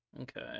Okay